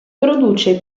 produce